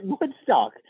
Woodstock